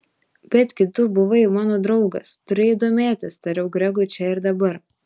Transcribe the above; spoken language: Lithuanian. betgi tu buvai mano draugas turėjai domėtis tariau gregui čia ir dabar